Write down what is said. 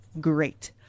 great